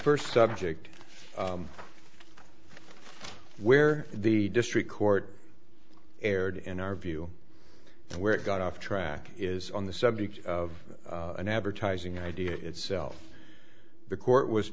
first subject where the district court erred in our view and where it got off track is on the subject of an advertising idea itself the court was